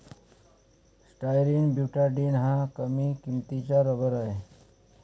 styrene butadiene हा कमी किंमतीचा रबर आहे